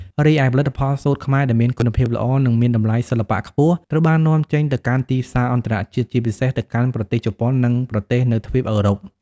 រីឯផលិតផលសូត្រខ្មែរដែលមានគុណភាពល្អ និងមានតម្លៃសិល្បៈខ្ពស់ ត្រូវបាននាំចេញទៅកាន់ទីផ្សារអន្តរជាតិ ជាពិសេសទៅកាន់ប្រទេសជប៉ុន និងប្រទេសនៅទ្វីបអឺរ៉ុប។